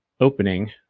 opening